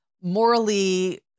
morally